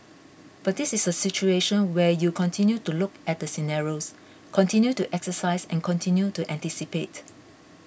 but this is a situation where you continue to look at the scenarios continue to exercise and continue to anticipate